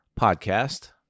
podcast